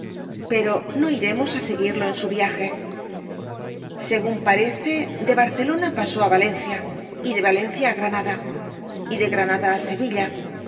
pero no iremos á seguirlo en su viaje según parece de barcelona pasó á valencia y de valencia á granada y de granada á sevilla